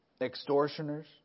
extortioners